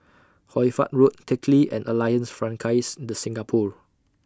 Hoy Fatt Road Teck Lee and Alliance Francaise De Singapour